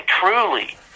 truly